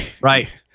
right